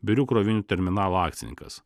birių krovinių terminalo akcininkas